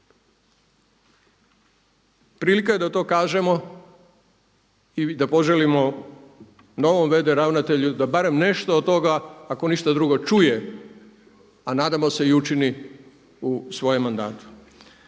Prilika je da to kažemo i da poželimo novom v.d. ravnatelju da barem nešto od toga, ako ništa drugo čuje a nadamo se učini u svojem mandatu.